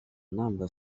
number